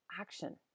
action